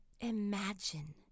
Imagine